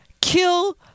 kill